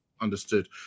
Understood